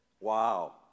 Wow